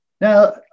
Now